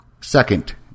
Second